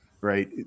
right